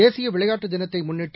தேசிய விளையாட்டு தினத்தை முன்னிட்டு